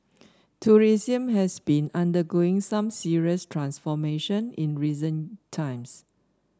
tourism has been undergoing some serious transformation in recent times